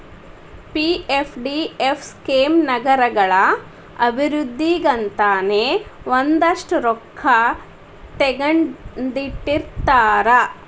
PFDF scheme ನಗರಗಳ ಅಭಿವೃದ್ಧಿಗಂತನೇ ಒಂದಷ್ಟ್ ರೊಕ್ಕಾ ತೆಗದಿಟ್ಟಿರ್ತಾರ